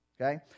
okay